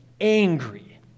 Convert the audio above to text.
angry